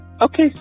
Okay